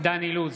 דן אילוז,